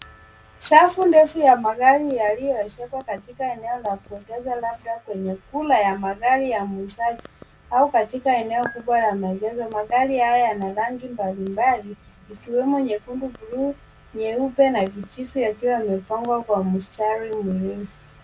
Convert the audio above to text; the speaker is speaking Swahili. Safu ndefu ya magari yalioezekwa katika eneo la kuengezwa labda kwenye kula ya magari ya muuzaji au katika eneo kubwa la maelezo. Magari haya yana rangi mbalimbali ikiwemo nyekundu,(cs)blue(cs), nyeupe na kijivu yakiwa yamepangwa kwa mstari mrefu.